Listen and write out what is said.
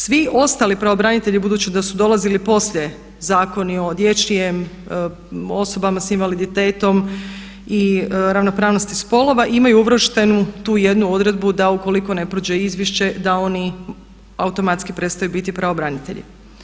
Svi ostali pravobranitelji budući da su dolazili poslije zakoni o osobama s invaliditetom i ravnopravnosti spolova imaju uvrštenu tu jednu odredbu da ukoliko ne prođe izvješće da oni automatski prestaju biti pravobranitelji.